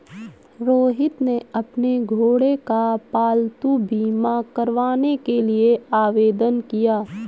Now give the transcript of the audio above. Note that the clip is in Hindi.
रोहित ने अपने घोड़े का पालतू बीमा करवाने के लिए आवेदन किया